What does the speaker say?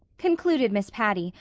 concluded miss patty,